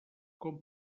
com